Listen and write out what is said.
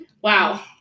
wow